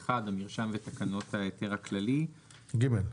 4א1 המרשם ותקנות ההיתר הכללי, (ג)